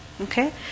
okay